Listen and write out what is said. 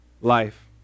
life